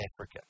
Africa